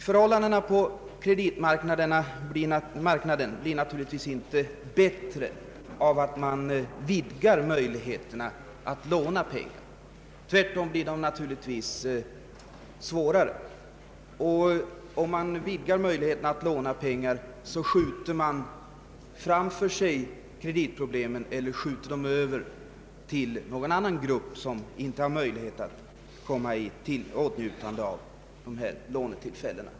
Förhållandena på kreditmarknaden blir naturligtvis inte bättre av att man vidgar möjligheterna att låna pengar. Tvärtom blir de svårare. Om man vidgar möjligheterna att låna pengar, skjuter man kreditproblemen framför sig eller skjuter över dem på någon grupp, som inte har möjlighet att komma till dessa lånetillfällen.